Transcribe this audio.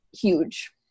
huge